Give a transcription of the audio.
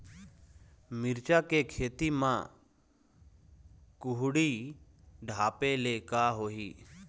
मिरचा के खेती म कुहड़ी ढापे ले का होही?